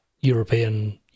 European